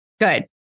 good